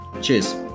Cheers